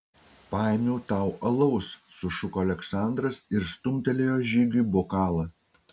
paėmiau tau alaus sušuko aleksandras ir stumtelėjo žygiui bokalą